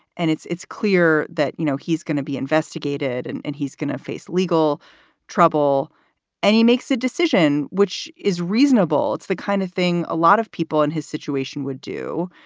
and it's it's clear that, you know, he's going to be investigated and and he's going to face legal trouble and he makes a decision which is reasonable. it's the kind of thing a lot of people in his situation would do.